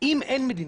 אם אין מדיניות,